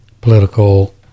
political